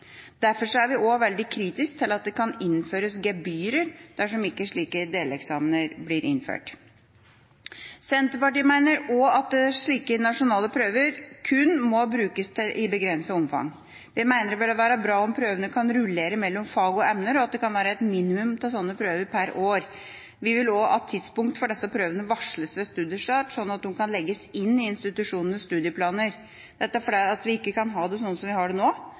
Derfor er vi også veldig kritisk til at det kan innføres gebyrer dersom ikke slike deleksamener blir innført. Senterpartiet mener også at slike nasjonale prøver kun må brukes i begrenset omfang. Vi mener det vil være bra om prøvene kan rullere mellom fag og emner, og at det kan være et minimum av slike prøver per år. Vi vil også at tidspunktet for disse prøvene varsles ved studiestart, sånn at de kan legges inn i institusjonenes studieplaner – dette fordi vi ikke kan ha det som nå,